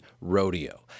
Rodeo